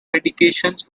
medications